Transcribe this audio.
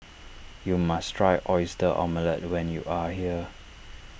you must try Oyster Omelette when you are here